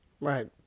Right